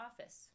office